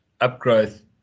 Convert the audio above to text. upgrowth